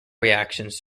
reactions